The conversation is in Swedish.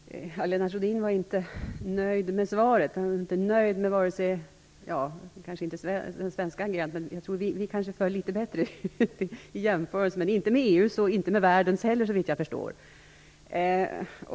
Fru talman! Lennart Rohdin var inte nöjd med svaret. Han är inte nöjd med vare sig EU:s eller världens agerande såvitt jag förstår.